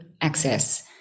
access